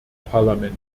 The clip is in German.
parlament